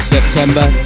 September